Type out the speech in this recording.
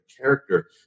character